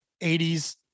80s